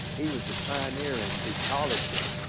he was a pioneer in ecology.